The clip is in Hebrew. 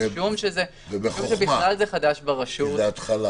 משום שזה חדש ברשות.